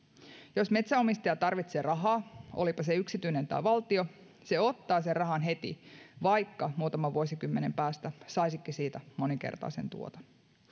jos metsänomistaja tarvitsee rahaa olipa se yksityinen tai valtio se ottaa sen rahan heti vaikka muutaman vuosikymmenen päästä saisikin siitä moninkertaisen tuoton